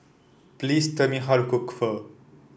please tell me how to cook Pho